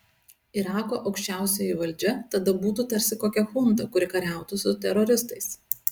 irako aukščiausioji valdžia tada būtų tarsi kokia chunta kuri kariautų su teroristais